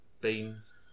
Beans